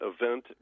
event